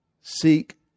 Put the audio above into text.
seek